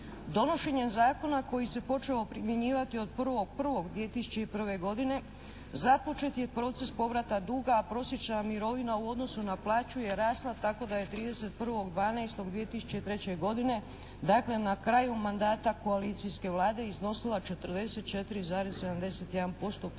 Donošenjem zakona koji se počeo primjenjivati od 1.1.2001. godine započet je proces povrata duga, a prosječna mirovina u odnosu na plaću je rasla tako da je 31.12.2003. godine dakle na kraju mandata koalicijske vlade iznosila 44,71%